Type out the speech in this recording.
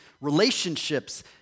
relationships